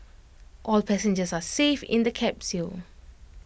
all passengers are safe in the capsule